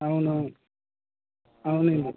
అవునవును అవునండి